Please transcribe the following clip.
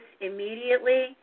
immediately